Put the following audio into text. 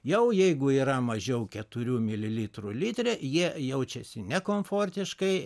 jau jeigu yra mažiau keturių mililitrų litre jie jaučiasi nekomfortiškai